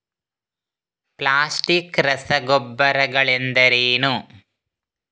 Plastic ರಸಗೊಬ್ಬರಗಳೆಂದರೇನು?